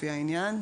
לפי העניין".